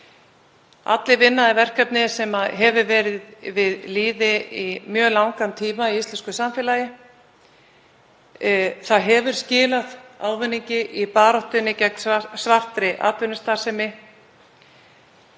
Allir vinna er verkefni sem verið hefur við lýði í mjög langan tíma í íslensku samfélagi. Það hefur skilað ávinningi í baráttunni gegn svartri atvinnustarfsemi.